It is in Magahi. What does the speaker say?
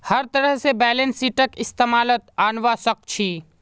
हर तरह से बैलेंस शीटक इस्तेमालत अनवा सक छी